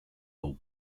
for